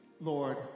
Lord